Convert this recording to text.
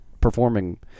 performing